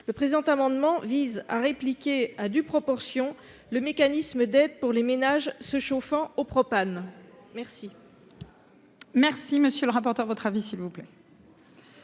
le présent amendement vise à répliquer, à due proportion, le mécanisme d'aide pour les ménages se chauffant au propane. Quel